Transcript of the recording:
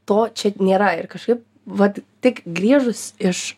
to čia nėra ir kažkaip vat tik grįžus iš